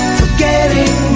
forgetting